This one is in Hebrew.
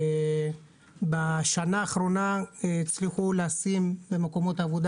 בשנה האחרונה הצליחו לשים במקומות עבודה